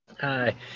Hi